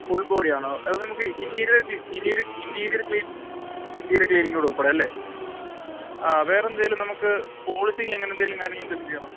full body ആണോ അത് നമുക്ക് interior interior interior cleaning interior ക്ലീനിങ്ങ്ോ കൊടുപ്പടാല്ലേ ആ വേറെന്തേലും നമക്ക് പോളിംഗങ്ങ്ങനെന്തേലും കാര്യങ്ങളും എന്തേലും ചെയ്യണോ